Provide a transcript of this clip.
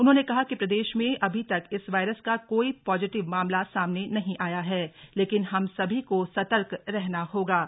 उन्होंने कहा कि प्रदेश में अभी तक इस वायरस का कोई पॉजिटिव मामला सामने नहीं आया है लेकिन सभी को सतर्क रहने की जरूरत है